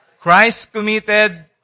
Christ-committed